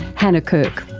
hannah kirk.